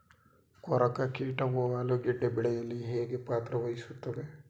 ಕೊರಕ ಕೀಟವು ಆಲೂಗೆಡ್ಡೆ ಬೆಳೆಯಲ್ಲಿ ಹೇಗೆ ಪಾತ್ರ ವಹಿಸುತ್ತವೆ?